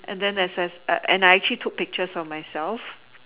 and then as I and I actually took pictures of myself